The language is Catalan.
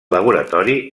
laboratori